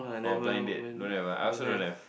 or blind date don't have ah I also don't have